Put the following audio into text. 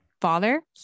father